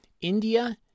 India